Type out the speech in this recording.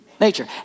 nature